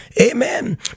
Amen